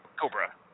Cobra